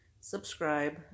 Subscribe